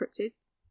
cryptids